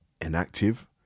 inactive